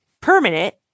permanent